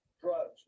drugs